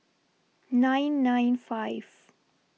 nine nine five